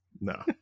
No